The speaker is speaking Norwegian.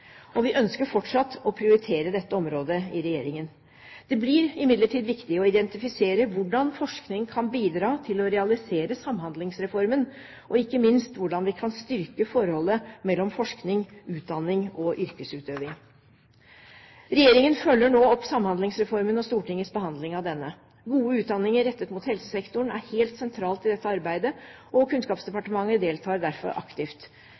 ønsker fortsatt å prioritere dette området. Det blir imidlertid viktig å identifisere hvordan forskning kan bidra til å realisere Samhandlingsreformen, og ikke minst hvordan vi kan styrke forholdet mellom forskning, utdanning og yrkesutøving. Regjeringen følger nå opp Samhandlingsreformen og Stortingets behandling av denne. Gode utdanninger rettet mot helsesektoren er helt sentralt i dette arbeidet, og Kunnskapsdepartementet deltar derfor aktivt.